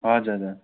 हजुर हजुर